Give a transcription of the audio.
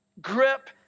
grip